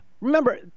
Remember